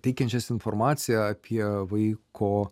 teikiančias informaciją apie vaiko